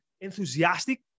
enthusiastic